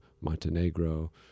montenegro